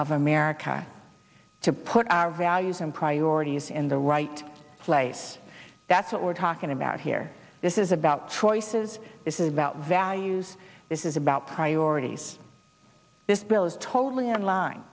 of america to put our values and priorities in the right place that's what we're talking about here this is about choices this is about values this is about priorities this bill is totally in line